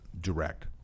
direct